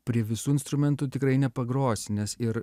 prie visų instrumentų tikrai nepagrosi nes ir